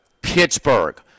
Pittsburgh